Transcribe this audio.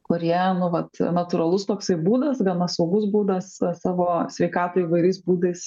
kurie nu vat natūralus toksai būdas gana saugus būdas savo sveikatą įvairiais būdais